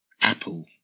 Apple